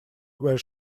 where